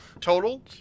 total